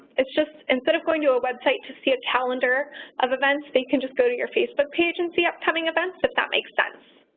it's just, instead of going to a website to see a calendar of events, they can just go to your facebook page and see upcoming events, if that makes sense.